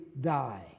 die